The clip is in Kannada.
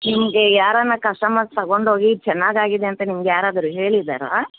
ನಿಮಗೆ ಯಾರನು ಕಸ್ಟಮರ್ ತಗೊಂಡು ಹೋಗಿ ಚೆನ್ನಾಗಿ ಆಗಿದೆ ಅಂತ ನಿಮ್ಗೆ ಯಾರಾದರು ಹೇಳಿದ್ದಾರಾ